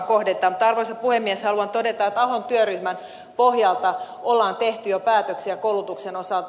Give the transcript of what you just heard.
mutta arvoisa puhemies haluan todeta että ahon työryhmän pohjalta on tehty jo päätöksiä koulutuksen osalta